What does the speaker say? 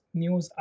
news